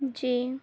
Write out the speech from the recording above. جی